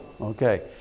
Okay